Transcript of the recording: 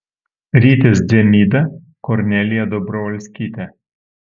rytis dzemyda kornelija dobrovolskytė